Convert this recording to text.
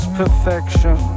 perfection